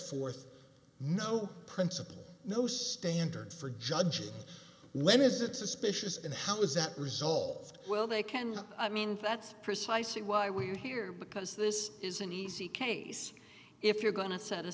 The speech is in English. forth no principle no standard for judging when is it suspicious and how is that resolved well they can i mean that's precisely why we're here because this is an easy case if you're going to set a